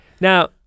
Now